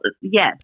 yes